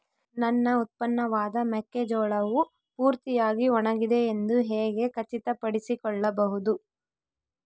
ನನ್ನ ಉತ್ಪನ್ನವಾದ ಮೆಕ್ಕೆಜೋಳವು ಪೂರ್ತಿಯಾಗಿ ಒಣಗಿದೆ ಎಂದು ಹೇಗೆ ಖಚಿತಪಡಿಸಿಕೊಳ್ಳಬಹುದು?